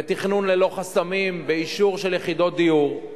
בתכנון ללא חסמים, באישור של יחידות דיור,